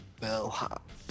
bellhop